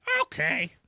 Okay